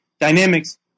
dynamics